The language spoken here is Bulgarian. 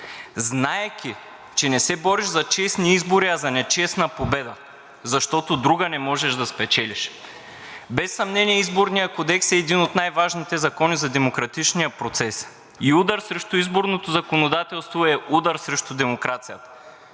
знаейки, че не се бориш за честни избори, а за нечестна победа, защото друга не можеш да спечелиш. Без съмнение Изборният кодекс е един от най-важните закони за демократичния процес и ударът срещу изборното законодателство е удар срещу демокрацията,